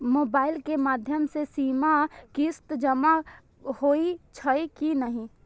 Mobile के माध्यम से सीमा किस्त जमा होई छै कि नहिं?